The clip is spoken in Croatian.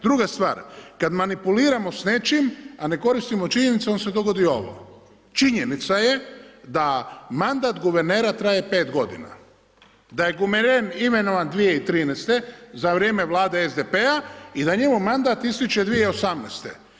Druga stvar, kada manipuliramo sa nečim a ne koristimo činjenice onda se dogodi ovo, činjenica je da mandat guvernera traje 5 godina, da je guverner imenovan 2013. za vrijeme Vlade SDP-a i da njemu mandat ističe 2018.